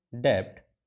debt